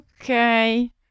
okay